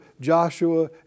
Joshua